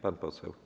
Pan poseł.